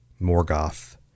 Morgoth